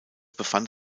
befand